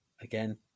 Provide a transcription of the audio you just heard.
again